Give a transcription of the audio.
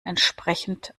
entsprechend